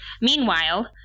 Meanwhile